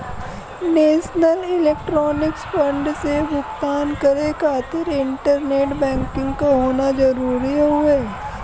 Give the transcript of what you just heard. national electronics fund से भुगतान करे खातिर इंटरनेट बैंकिंग क होना जरुरी हउवे